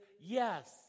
yes